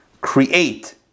create